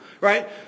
right